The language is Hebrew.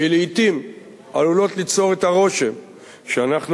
שלעתים עלולות ליצור את הרושם שאנחנו